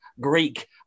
Greek